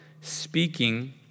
speaking